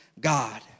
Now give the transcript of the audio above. God